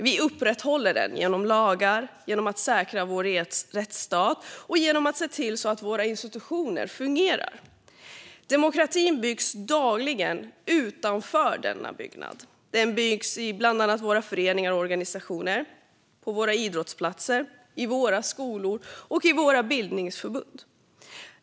Vi upprätthåller den genom lagar, genom att säkra vår rättsstat och genom att se till att våra institutioner fungerar. Demokratin byggs dagligen utanför denna byggnad. Den byggs i bland annat våra föreningar och organisationer, på våra idrottsplatser, i våra skolor och i våra bildningsförbund.